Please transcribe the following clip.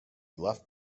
left